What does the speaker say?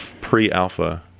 Pre-alpha